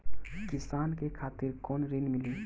किसान के खातिर कौन ऋण मिली?